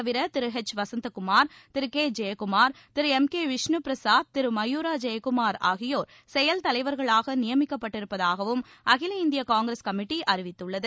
தவிர கே ஜெயக்குமார் அவரைத் திரு எம் கே விஷ்ணு பிரசாத் திரு மயூரா ஜெயக்குமார் ஆகியோர் செயல் தலைவர்களாக நியமிக்கப்பட்டிருப்பதாகவும் அகில இந்திய காங்கிரஸ் கமிட்டி அறிவித்துள்ளது